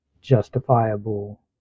justifiable